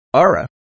Ara